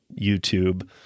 YouTube